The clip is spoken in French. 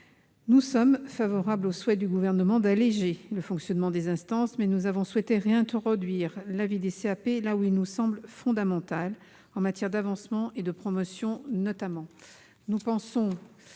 Nous sommes favorables au souhait du Gouvernement d'alléger le fonctionnement des instances, mais avons souhaité réintroduire l'avis des CAP là où il nous semble fondamental, en matière d'avancement et de promotion, notamment.